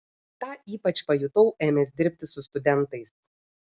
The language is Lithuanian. tą ypač pajutau ėmęs dirbti su studentais